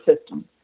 system